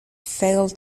failed